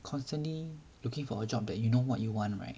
constantly looking for a job that you know what you want right